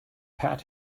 pat